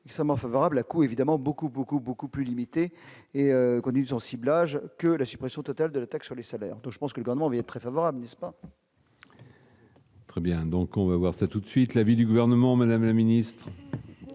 extrêmement favorable à coup évidemment beaucoup beaucoup beaucoup plus limité et conditions ciblage que la suppression totale de la taxe sur les salaires, donc je pense que vraiment vous très favorable n'est-ce pas. Très bien, donc on va voir ça tout de suite l'avis du gouvernement, Madame la Ministre.